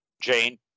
Jane